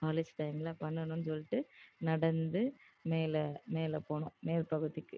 college டைமில் பண்ணனுன்னு சொல்லிட்டு நடந்து மேலே மேலே போனோம் மேல் பகுதிக்கு